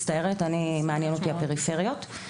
מצטערת, אותי מעניינות הפריפריות.